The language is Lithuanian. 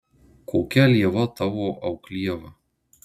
kokia lieva tavo auklieva